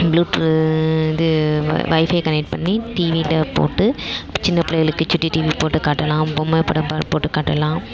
blue ட்டு இது wifi connect பண்ணி டிவியில் போட்டு சின்ன பிள்ளைகளுக்கு சுட்டி டிவி போட்டு காட்டலாம் பொம்மை படம் போட்டு காட்டலாம்